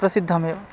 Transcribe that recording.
प्रसिद्धमेव